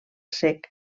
sec